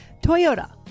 Toyota